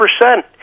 percent